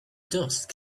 dust